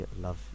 love